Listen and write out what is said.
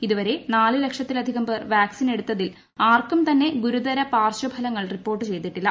ഇതുവരെ നൂാല് ലക്ഷത്തിലധികം പേർ വാക്സിനെടുത്തിൽ ആർക്കും തുണ്ട് ഗുരുതര പാർശ്വഫലങ്ങൾ റിപ്പോർട്ട് ചെയ്തിട്ടില്ല